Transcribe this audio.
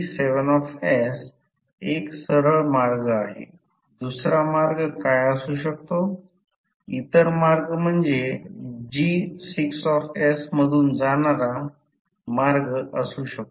खरं तर residual magnetism काढून टाकण्यासाठी आवश्यक असलेल्या magnetic field strength o d आहे ज्याला कोअरसिव फोर्स म्हणतात